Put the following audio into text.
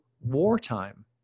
wartime